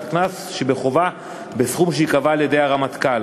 קנס שבחובה בסכום שייקבע על-ידי הרמטכ"ל.